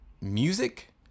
music